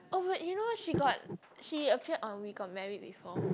oh but you know she got she appeared on We Got Married before